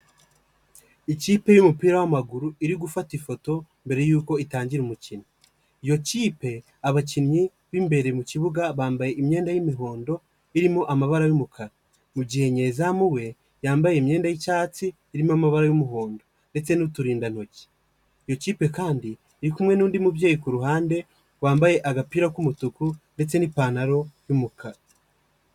Ikipe y'umupira w'amaguru iri gufata ifoto mbere yuko itangira umukino. Iyo kipe abakinnyi b'imbere mukibuga bambaye imyenda y'imihondo, irimo amabara y'umukara. Mugihe nyezamu we, yambaye imyenda y'icyatsi irimo amabara y'umuhondo ndetse n'uturindantoki. Iyo kipe kandi, iri kumwe n'undi mubyeyi kuruhande wambaye agapira k'umutuku ndetse n'ipantaro y'umukara.